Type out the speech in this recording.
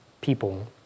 people